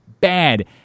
bad